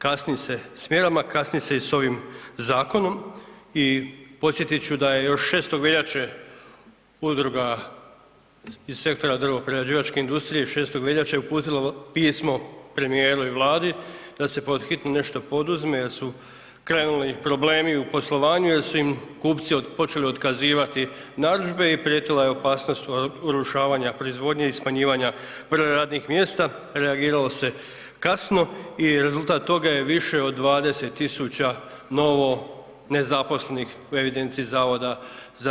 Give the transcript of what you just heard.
Kasni se s mjerama, kasni se i s ovim zakonom i podsjetit ću da je još 6. veljače udruga iz Sektora drvoprerađivačke industrije 6. veljače uputila pismo premijeru i Vladi da se pod hitno nešto poduzme da su krenuli problemi u poslovanju jer su im kupci počeli otkazivati narudžbe i prijetila je opasnost urušavanja proizvodnje i smanjivanja broja radnih mjesta, reagiralo se kasno i rezultat toga je više od 20 000 novo nezaposlenih u evidenciji HZZ-a.